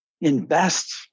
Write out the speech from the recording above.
Invest